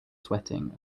sweating